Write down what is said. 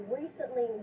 recently